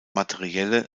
materielle